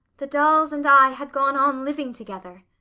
the dolls and i had gone on living together.